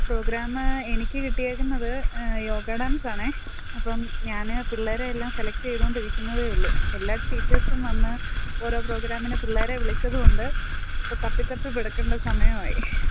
programme എനിക്ക് കിട്ടിയിരിക്കുന്നത് യോഗ ഡാൻസാണ് അപ്പം ഞാൻ പിള്ളേരെ എല്ലാം സെലക്ട് ചെയ്തുകൊണ്ടിരിക്കുന്നതേ ഉള്ളു എല്ലാ ടീച്ചേഴ്സും വന്നു ഓരോ പ്രോഗ്രാമിന് പിള്ളേരെ വിളിച്ചതുകൊണ്ട് ഇപ്പം തപ്പി തപ്പി എടുക്കേണ്ട സമയമായി